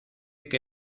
que